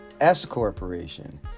S-Corporation